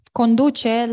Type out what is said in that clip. conduce